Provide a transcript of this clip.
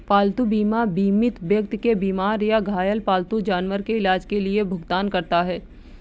पालतू बीमा बीमित व्यक्ति के बीमार या घायल पालतू जानवर के इलाज के लिए भुगतान करता है